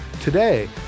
Today